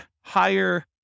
higher